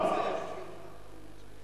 לדיון מוקדם בוועדת העבודה,